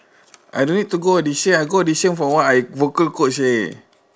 I don't need to go audition I go audition for what I vocal coach leh